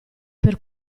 per